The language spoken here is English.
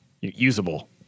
usable